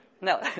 No